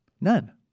None